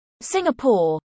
Singapore